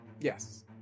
Yes